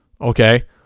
okay